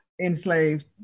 enslaved